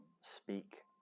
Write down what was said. speak